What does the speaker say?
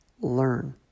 learn